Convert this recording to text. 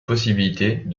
possibilités